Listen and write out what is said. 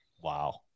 Wow